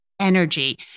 energy